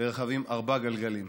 לרכבים של ארבעה גלגליים,